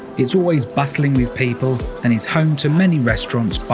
it's always bustling with people and is home to many restaurants,